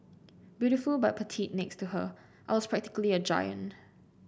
beautiful but petite next to her I was practically a giant